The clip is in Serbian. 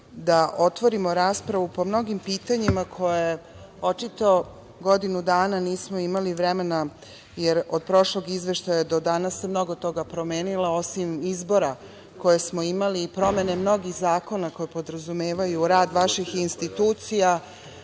da otvorimo raspravu po mnogim pitanjima koje očito godinu dana nismo imali vremena, jer od prošlog izveštaja do danas se mnogo toga promenilo, osim izbora koje smo imali i promene mnogih zakona koje podrazumevaju rad vaših institucija,